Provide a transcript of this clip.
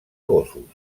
gossos